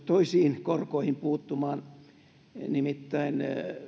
toisiin korkoihin nimittäin